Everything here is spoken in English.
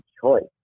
choice